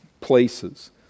places